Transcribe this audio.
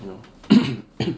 you know